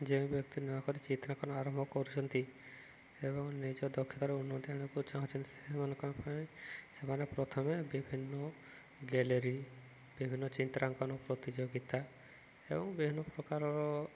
ଯେଉଁ ବ୍ୟକ୍ତି ନୂଆ କରି ଚିତ୍ରାଙ୍କନ ଆରମ୍ଭ କରୁଛନ୍ତି ଏବଂ ନିଜ ଦକ୍ଷତାର ଉନ୍ନତି ଆଣିବାକୁ ଚାହୁଁଛନ୍ତି ସେମାନଙ୍କ ପାଇଁ ସେମାନେ ପ୍ରଥମେ ବିଭିନ୍ନ ଗ୍ୟାଲେରୀ ବିଭିନ୍ନ ଚିତ୍ରାଙ୍କନ ପ୍ରତିଯୋଗିତା ଏବଂ ବିଭିନ୍ନ ପ୍ରକାରର